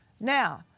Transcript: Now